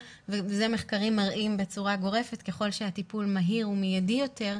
מחקרים מראים בצורה גורפת שככל שהטיפול מהיר ומיידי יותר,